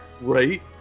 Right